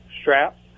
straps